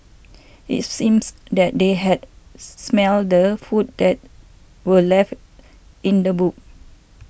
it seems that they had smelt the food that were left in the boot